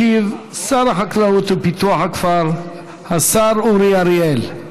ישיב שר החקלאות ופיתוח הכפר השר אורי אריאל.